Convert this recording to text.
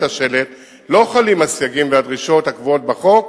השלט לא חלים הסייגים והדרישות הקבועות בחוק,